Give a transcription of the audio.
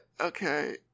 okay